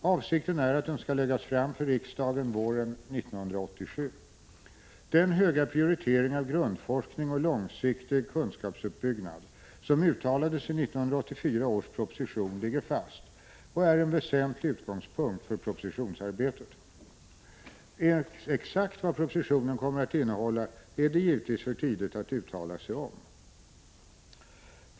Avsikten är att den skall läggas fram för riksdagen våren 1987. Den höga 13 prioritering av grundforskning och långsiktig kunskapsuppbyggnad som uttalades i 1984 års proposition ligger fast och är en väsentlig utgångspunkt för propositionsarbetet. Exakt vad propositionen kommer att innehålla är det givetvis för tidigt att uttala sig om.